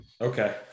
Okay